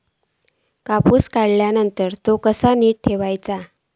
कापूस काढल्यानंतर तो कसो नीट ठेवूचो?